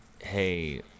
hey